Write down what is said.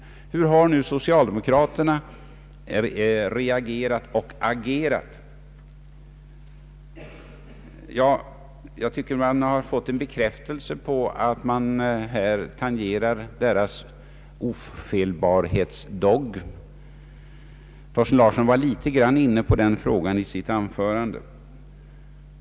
Hur har nu socialdemokraterna reagerat och agerat? Enligt min uppfattning har vi fått en bekräftelse på att man här tangerar deras ofelbarhetsdogm. Herr Thorsten Larsson var i viss mån inne på denna fråga i sitt anförande.